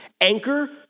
anchor